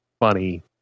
funny